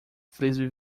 frisbee